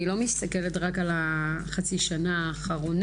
אני לא מסתכלת רק על חצי השנה האחרונה